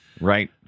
right